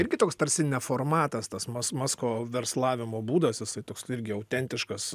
irgi toks tarsi neformatas tas mas masko verslavimo būdas jisai toks irgi autentiškas